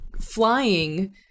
flying